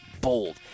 bold